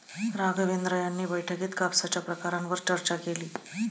राघवेंद्र यांनी बैठकीत कापसाच्या प्रकारांवर चर्चा केली